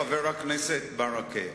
חבר הכנסת ברכה,